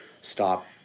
stop